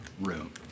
room